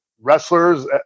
wrestlers